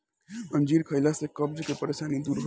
अंजीर खइला से कब्ज के परेशानी दूर हो जाला